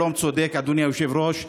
שלום צודק, אדוני היושב-ראש,